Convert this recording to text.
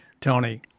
Tony